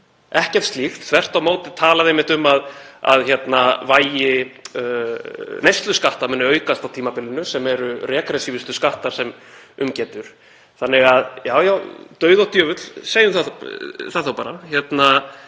ekkert slíkt. Þvert á móti er talað um að vægi neysluskatta muni aukast á tímabilinu sem eru regressífustu skattar sem um getur. Þannig að já, dauði og djöfull, segjum það þá bara.